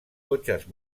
cotxes